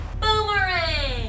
boomerang